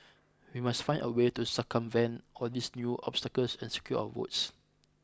we must find a way to circumvent all these new obstacles and secure our votes